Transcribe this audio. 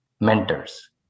Mentors